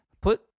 put